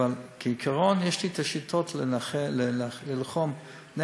אבל כעיקרון יש לי את השיטות שלי להילחם בעישון,